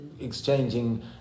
exchanging